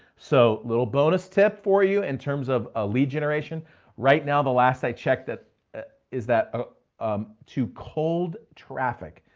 so little bonus tip for you in terms of a lead generation right now. the last i checked is that ah um too cold traffic,